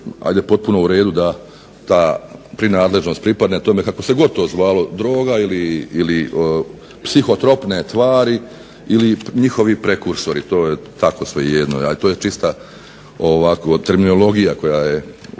je potpuno u redu da ta prinadležnost pripadne tome kako se god to zvalo, droga ili psihotropne tvari ili njihovi prekursori. To je tako svejedno, to je čista terminologija koja je ovdje